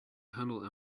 handle